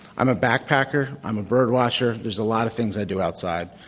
i'm a backpacker. i'm a birdwatcher. there's a lot of things i do outside.